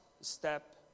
step